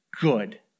good